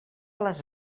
les